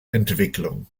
entwicklung